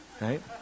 right